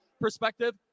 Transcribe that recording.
perspective